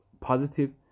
positive